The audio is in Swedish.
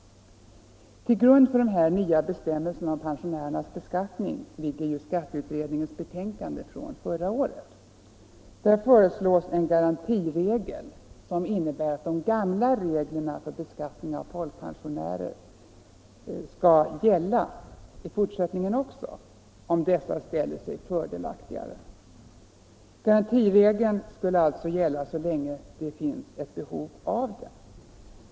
Till grund för de nya bestämmelserna om pensionärernas beskattning ligger ju skatteutredningens betänkande från förra året. Där föreslås en garantiregel som innebär att de gamla reglerna för beskattning av folkpensionärer skall gälla också i fortsättningen om dessa ställer sig fördelaktigare. Garantiregeln skulle alltså gälla så länge det fanns behov av den.